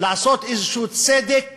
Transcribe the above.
חוקים לעשות איזשהו צדק